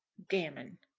gammon.